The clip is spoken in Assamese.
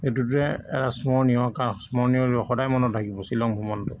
সেইটোতো এটা স্মৰণীয় কাৰণ স্মৰণীয় সদায় মনত থাকিব শ্বিলং ভ্ৰমণটো